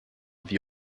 wie